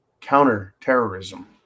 counter-terrorism